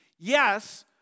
Yes